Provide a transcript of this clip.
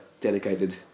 dedicated